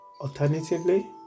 Alternatively